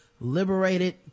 liberated